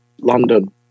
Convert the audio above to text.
London